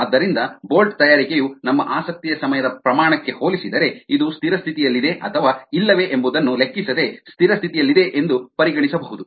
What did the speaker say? ಆದ್ದರಿಂದ ಬೋಲ್ಟ್ ತಯಾರಿಕೆಯು ನಮ್ಮ ಆಸಕ್ತಿಯ ಸಮಯದ ಪ್ರಮಾಣಕ್ಕೆ ಹೋಲಿಸಿದರೆ ಇದು ಸ್ಥಿರ ಸ್ಥಿತಿಯಲ್ಲಿದೆ ಅಥವಾ ಇಲ್ಲವೇ ಎಂಬುದನ್ನು ಲೆಕ್ಕಿಸದೆ ಸ್ಥಿರ ಸ್ಥಿತಿಯಲ್ಲಿದೆ ಎಂದು ಪರಿಗಣಿಸಬಹುದು